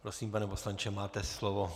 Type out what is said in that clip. Prosím, pane poslanče, máte slovo.